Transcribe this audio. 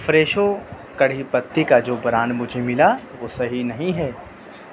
فریشو کڑھی پتی کا جو بران مجھے ملا وہ صحیح نہیں ہے